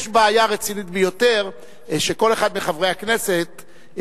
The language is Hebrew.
יש בעיה רצינית ביותר שכל אחד מחברי הכנסת,